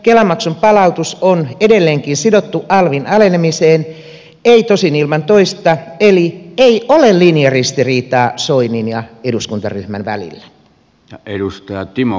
kela maksun palautus on edelleenkin sidottu alvin alenemiseen ei tosin ilman toista eli ei ole linjaristiriitaa soinin ja eduskuntaryhmän välillä